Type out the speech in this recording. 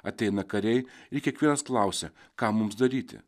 ateina kariai ir kiekvienas klausia ką mums daryti